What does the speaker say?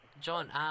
John